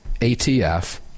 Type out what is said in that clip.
ATF